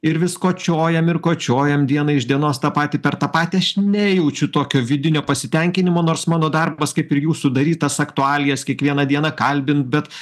ir vis kočiojam ir kočiojam diena iš dienos tą patį per tą patį aš nejaučiu tokio vidinio pasitenkinimo nors mano darbas kaip ir jūsų daryt tas aktualijas kiekvieną dieną kalbint bet